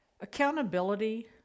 Accountability